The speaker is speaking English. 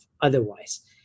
otherwise